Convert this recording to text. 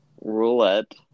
Roulette